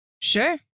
Sure